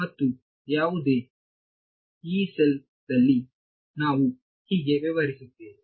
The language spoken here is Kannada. ಮತ್ತು ಯಾವುದೇ ಯೀ ಸೆಲ್ ದಲ್ಲಿ ನಾವು ಹೀಗೆ ವ್ಯವಹರಿಸುತ್ತೇವೆ